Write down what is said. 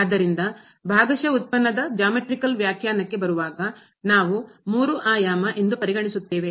ಆದ್ದರಿಂದ ಭಾಗಶಃ ಉತ್ಪನ್ನದ ಜಾಮೆಟ್ರಿಕಲ್ ಜ್ಯಾಮಿತೀಯ ವ್ಯಾಖ್ಯಾನಕ್ಕೆ ಬರುವಾಗ ನಾವು ಮೂರು ಆಯಾಮ ಡೈಮೆಂಶನಲ್ ಎಂದು ಪರಿಗಣಿಸುತ್ತೇವೆ